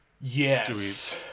yes